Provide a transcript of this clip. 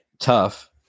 tough